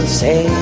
say